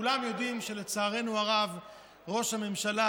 כולנו יודעים שלצערנו הרב ראש הממשלה